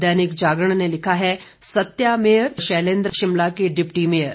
दैनिक जागरण ने लिखा है सत्या मेयर शैलेंद्र शिमला के डिप्टी मेयर